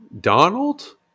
Donald